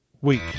week